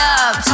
up